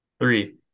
Three